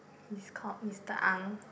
is called Mister Ang